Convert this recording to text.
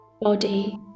body